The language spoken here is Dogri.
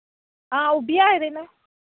आं ओह् बी आए दे न